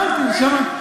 הבנתי, נשמה.